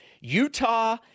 Utah